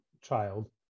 child